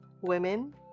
women